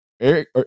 Eric